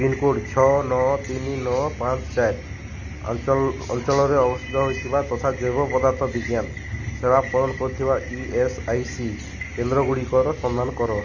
pincode ଛଅ ନଅ ତିନ ନଅ ପାଞ୍ଚ ଚାରି ଅଞ୍ଚଲ ଅଞ୍ଚଳରେ ଅବସ୍ଥିତ ହୋଇଥିବା ତଥା ଜୈବପଦାର୍ଥ ବିଜ୍ଞାନ ସେବା ପ୍ରଦାନ କରୁଥିବା ଇ ଏସ୍ ଆଇ ସି କେନ୍ଦ୍ରଗୁଡ଼ିକର ସନ୍ଧାନ କର